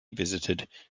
visited